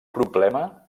problema